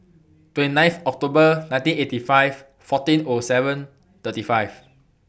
twenty ninth October nineteen eighty five fourteen O seven thirty five